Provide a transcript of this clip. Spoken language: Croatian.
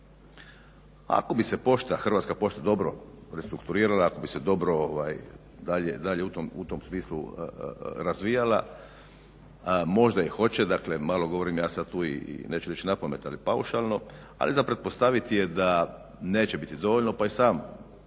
Ako bi se pošta, Hrvatska pošta dobro restrukturirala bi se dobro dalje i dalje u tom smislu razvijala, možda i hoće dakle malo ja govorim sad tu i neću reći napamet al paušalno ali za pretpostavit je da neće biti dovoljno pa i sam